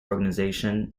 organisation